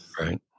right